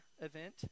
event